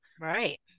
right